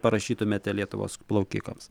parašytumėte lietuvos plaukikams